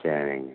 சரிங்க